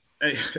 hey